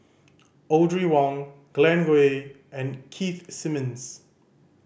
Audrey Wong Glen Goei and Keith Simmons